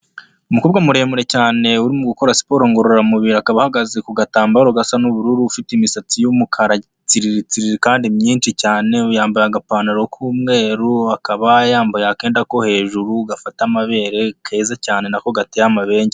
Umukobwa muremure cyane uririmo gukora siporo ngororamubiri, akaba ahagaze ku gatambaro gasa n'ubururu ufite imisatsi y'umukara tsiriritsiriri kandi myinshi cyane, yambaye agapantaro k'umweru, akaba yambaye akenda ko hejuru gafata amabere keza cyane nako gateye amabengeza.